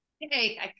Hey